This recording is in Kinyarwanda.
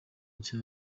nshya